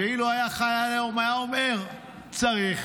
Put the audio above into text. שאילו היה חי היום היה אומר: צריך